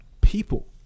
people